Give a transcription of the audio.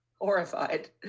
horrified